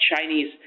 Chinese